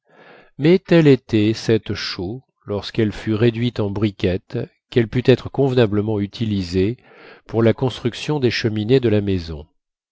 mais telle était cette chaux lorsqu'elle fut réduite en briquettes qu'elle put être convenablement utilisée pour la construction des cheminées de la maison